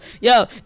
yo